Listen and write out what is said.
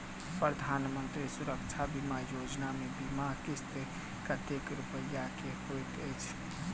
प्रधानमंत्री सुरक्षा बीमा योजना मे बीमा किस्त कतेक रूपया केँ होइत अछि?